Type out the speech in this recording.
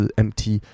empty